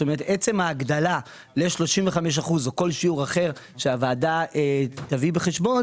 זאת אומרת עצם ההגדלה ל-35% או כל שיעור אחר שהוועדה תביא בחשבון